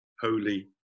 holy